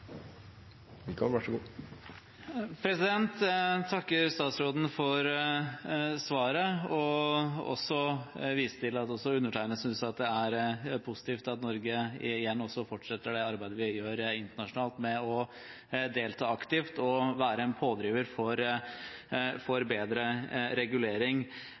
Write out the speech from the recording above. Jeg takker statsråden for svaret og viser til at også undertegnede synes at det er positivt at Norge fortsetter det arbeidet vi gjør internasjonalt ved å delta aktivt og være en pådriver for bedre regulering.